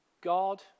God